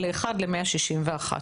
ל-1 ל-161,000.